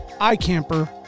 iCamper